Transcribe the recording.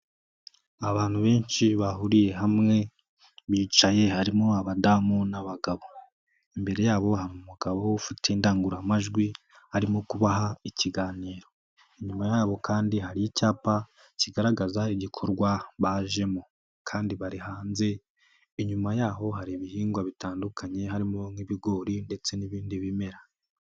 Abantu benshi bahuriye hamwe bicaye harimo abadamu n'abagabo, imbere yabo hari umugabo ufite indangururamajwi arimo kubaha ikiganiro. Inyuma yabo kandi hari icyapa kigaragaza igikorwa bajemo kandi bari hanze inyuma yaho hari ibihingwa bitandukanye harimo nk'ibigori ndetse n'ibindi bimera.